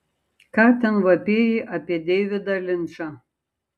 ką ten vapėjai apie deividą linčą